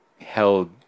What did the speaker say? held